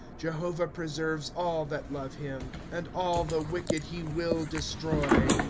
jehovah preserves all that love him and all the wicked he will destroy.